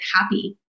happy